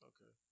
Okay